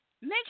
make